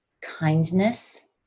kindness